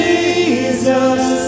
Jesus